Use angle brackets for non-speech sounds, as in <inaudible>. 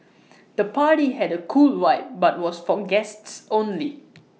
<noise> the party had A cool vibe but was for guests only